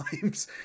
times